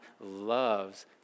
loves